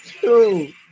Two